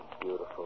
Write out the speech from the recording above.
Beautiful